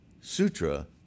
sutra